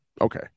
okay